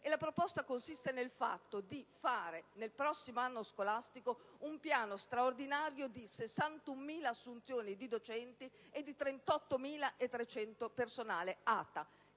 La proposta consiste nell'approntare, nel prossimo anno scolastico, un piano straordinario di 61.000 assunzioni di docenti e di 38.300 assunzioni